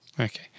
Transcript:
Okay